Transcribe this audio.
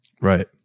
Right